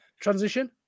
transition